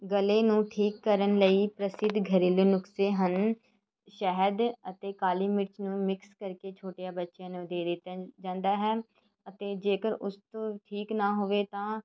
ਗਲੇ ਨੂੰ ਠੀਕ ਕਰਨ ਲਈ ਪ੍ਰਸਿੱਧ ਘਰੇਲੂ ਨੁਕਸੇ ਹਨ ਸ਼ਹਿਦ ਅਤੇ ਕਾਲੀ ਮਿਰਚ ਨੂੰ ਮਿਕਸ ਕਰਕੇ ਛੋਟਿਆਂ ਬੱਚਿਆਂ ਨੂੰ ਦੇ ਦਿੱਤਾ ਜਾਂਦਾ ਹੈ ਅਤੇ ਜੇਕਰ ਉਸ ਤੋਂ ਠੀਕ ਨਾ ਹੋਵੇ ਤਾਂ